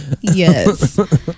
yes